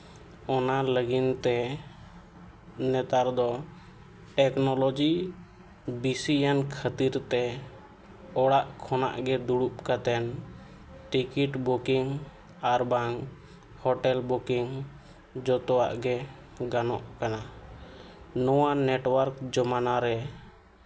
ᱚᱱᱟ ᱞᱟᱹᱜᱤᱫ ᱛᱮ ᱱᱮᱛᱟᱨ ᱫᱚ ᱴᱮᱹᱠᱱᱳᱞᱚᱡᱤ ᱵᱮᱥᱤᱭᱮᱱ ᱠᱷᱟᱹᱛᱤᱨ ᱛᱮ ᱚᱲᱟᱜ ᱠᱷᱚᱱᱟᱜ ᱜᱮ ᱫᱩᱲᱩᱵ ᱠᱟᱛᱮᱫ ᱴᱤᱠᱤᱴ ᱵᱩᱠᱤᱝ ᱟᱨ ᱵᱟᱝ ᱦᱳᱴᱮᱹᱞ ᱵᱩᱠᱤᱝ ᱡᱚᱛᱚᱣᱟᱜ ᱜᱮ ᱜᱟᱱᱚᱜ ᱠᱟᱱᱟ ᱱᱚᱣᱟ ᱱᱮᱹᱴᱚᱣᱟᱨᱠ ᱡᱟᱢᱟᱱᱟ ᱨᱮ